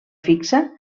fixa